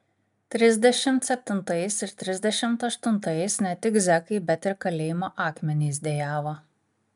trisdešimt septintais ir trisdešimt aštuntais ne tik zekai bet ir kalėjimo akmenys dejavo